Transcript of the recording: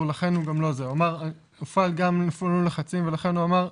לכן הוא גם לא הופעלו לחצים ולכן הוא אמר: